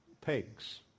pigs